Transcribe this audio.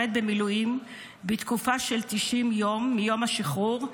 במילואים בתקופה של 90 יום מיום השחרור,